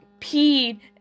peed